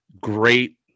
great